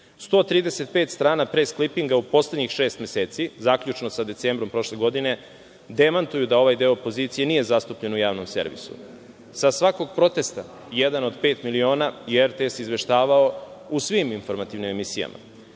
135 strana pres-klipinga u poslednjih šest meseci, zaključno sa decembrom prošle godine, demantuju da ovaj deo opozicije nije zastupljen u Javnom servisu. Sa svakog protesta „jedan od pet miliona“ je RTS izveštavao u svim informativnim emisijama. Iz